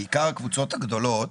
בעיקר הקבוצות הגדולות